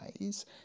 ways